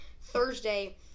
Thursday